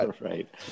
Right